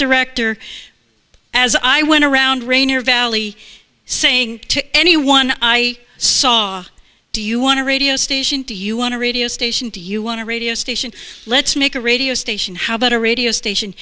director as i went around rainier valley saying to anyone i saw do you want to radio station do you want to radio station do you want to radio station let's make a radio station how about a radio station